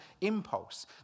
impulse